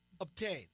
obtain